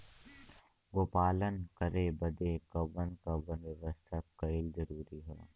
गोपालन करे बदे कवन कवन व्यवस्था कइल जरूरी ह?